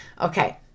Okay